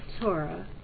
Torah